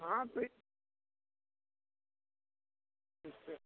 हाँ अच्छा